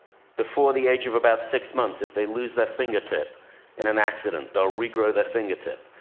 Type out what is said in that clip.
before the age of about six months, if they lose their fingertip in an accident, they'll re-grow their fingertip.